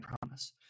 promise